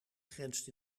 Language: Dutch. grenst